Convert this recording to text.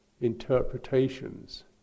interpretations